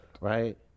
Right